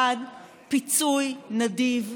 דבר אחד, פיצוי נדיב,